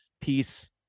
peace